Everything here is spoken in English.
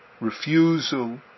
refusal